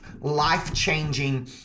life-changing